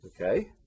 okay